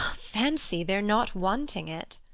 fancy their not wanting it!